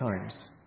times